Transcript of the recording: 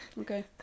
okay